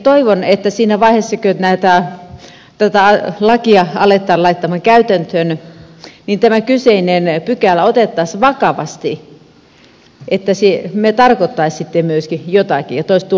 toivon että siinä vaiheessa kun tätä lakia aletaan laittamaan käytäntöön tämä kyseinen pykälä otettaisiin vakavasti että se tarkoittaisi sitten myöskin jotakin ja toisi tuloksia